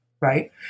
right